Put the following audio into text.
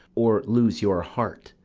or lose your heart,